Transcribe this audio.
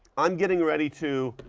i'm getting ready to